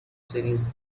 series